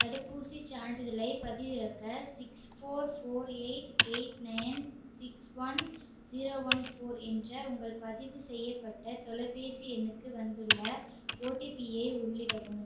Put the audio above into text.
தடுப்பூசிச் சான்றிதழைப் பதிவிறக்க six four four eight eight nine six one zero one four என்ற உங்கள் பதிவு செய்யப்பட்ட தொலைபேசி எண்ணுக்கு வந்துள்ள ஒடிபியை உள்ளிடவும்